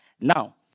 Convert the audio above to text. Now